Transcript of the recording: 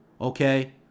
Okay